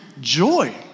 joy